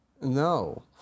no